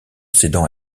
cédant